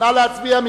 נא להצביע.